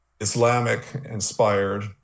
Islamic-inspired